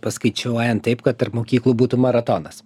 paskaičiuojant taip kad tarp mokyklų būtų maratonas